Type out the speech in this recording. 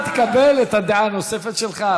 אתה תקבל את הדעה הנוספת שלך,